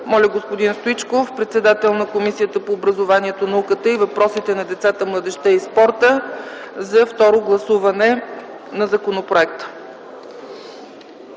Моля господин Стоичков, председател на Комисията по образованието, науката и въпросите на децата, младежта и спорта да представи доклада за второ гласуване на законопроекта.